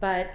but